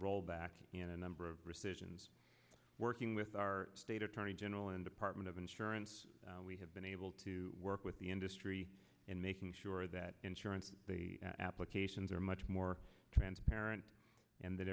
rollback in a number of rescissions working with our state attorney general and department of insurance we have been able to work with the industry in making sure that insurance applications are much more transparent and